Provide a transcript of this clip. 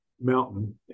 mountain